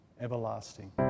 everlasting